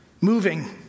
moving